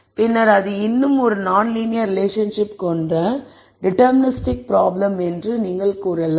பின்னர் அது இன்னும் ஒரு நான் லீனியர் ரிலேஷன்ஷிப் கொண்ட டிடெர்மினிஸ்டிக் ப்ராப்ளம் என்று நீங்கள் கூறலாம்